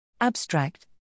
Abstract